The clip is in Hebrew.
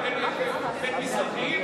מגלגל עיניים